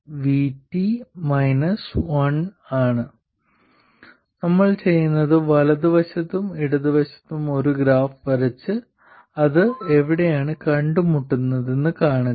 അതിനാൽ നമ്മൾ ചെയ്യുന്നത് വലതുവശത്തും ഇടതുവശത്തും ഒരു ഗ്രാഫ് വരച്ച് അവ എവിടെയാണ് കണ്ടുമുട്ടുന്നതെന്ന് കാണുക